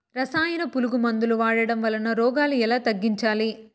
రసాయన పులుగు మందులు వాడడం వలన రోగాలు ఎలా తగ్గించాలి?